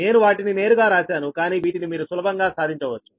నేను వాటిని నేరుగా రాశాను కానీ వీటిని మీరు సులభంగా సాధించవచ్చు